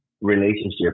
relationship